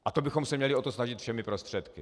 A to bychom se měli o to snažit všemi prostředky.